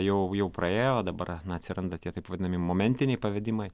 jau jau praėjo dabar na atsiranda tie taip vadinami momentiniai pavedimai